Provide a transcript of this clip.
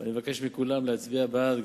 ואני מבקש מכולם להצביע בעד,